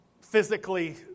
physically